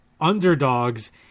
underdogs